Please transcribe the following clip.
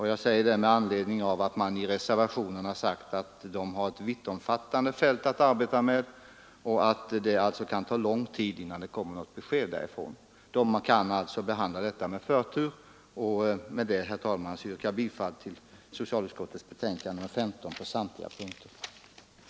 Jag säger detta med anledning av att man i reservationen framhållit att kommittén har ett vittomfattande uppdrag och att det alltså kan ta lång tid innan vi får ett besked från den. Herr talman! Med det anförda ber jag att få yrka bifall till socialutskottets hemställan på samtliga punkter i dess betänkande nr 15.